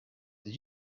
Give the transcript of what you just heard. did